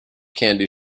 candy